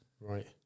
Right